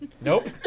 Nope